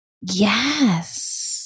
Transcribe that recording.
Yes